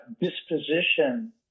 disposition